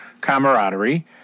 camaraderie